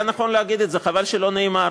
היה נכון להגיד את זה, וחבל שזה לא נאמר.